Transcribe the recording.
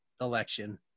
election